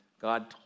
God